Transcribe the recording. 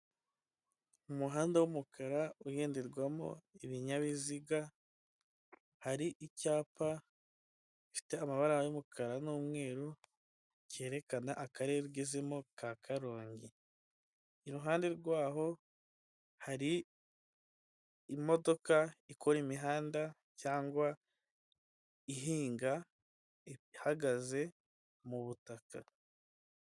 Umuhanda w'umukara ugenderwamo ibinyabiziga, hari icyapa gifite amabara y'umukara n'umweru cyerekana akarere ugezemo ka karongi. Iruhande rwaho hari imodoka ikora imihanda cyangwa ihinga ihagaze mu butaka.